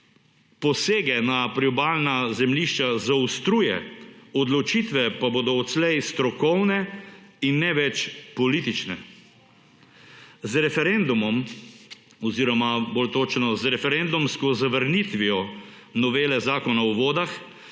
posege na priobalna zemljišča zaostruje, odločitve pa bodo odslej strokovne in ne več politične. Z referendumom oziroma bolj točno z referendumsko zavrnitvijo novele Zakona o vodah